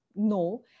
No